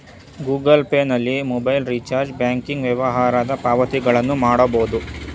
Google pay ನಲ್ಲಿ mobile recharge, banking ವ್ಯವಹಾರದ ಪಾವತಿಗಳನ್ನು ಮಾಡಬೋದು